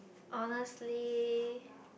honestly